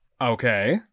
Okay